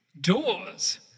Doors